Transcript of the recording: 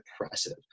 impressive